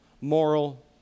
moral